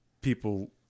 people